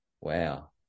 Wow